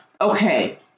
okay